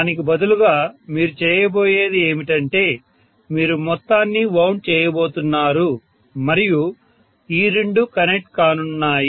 దానికి బదులుగా మీరు చేయబోయేది ఏమిటంటే మీరు మొత్తాన్ని వౌండ్ చేయబోతున్నారు మరియు ఈ రెండు కనెక్ట్ కానున్నాయి